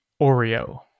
Oreo